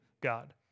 God